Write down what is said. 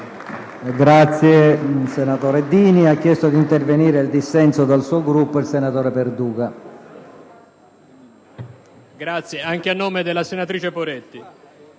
Grazie